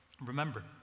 Remember